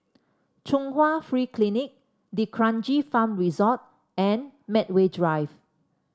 Chung Hwa Free Clinic D'Kranji Farm Resort and Medway Drive